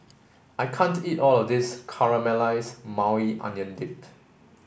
I can't eat all of this Caramelize Maui Onion Dip